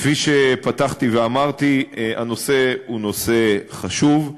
כפי שפתחתי ואמרתי, הנושא הוא נושא חשוב.